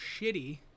shitty